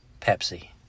Pepsi